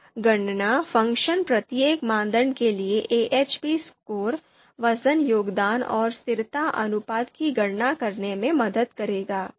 अब गणना फ़ंक्शन प्रत्येक मानदंड के लिए एएचपी स्कोर वजन योगदान और स्थिरता अनुपात की गणना करने में मदद करेगा